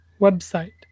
website